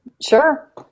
Sure